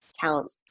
count